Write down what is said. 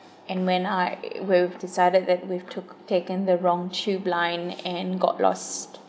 and when I we've decided that we've took taken the wrong tube line and got lost